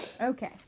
okay